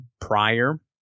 prior